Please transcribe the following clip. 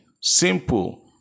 simple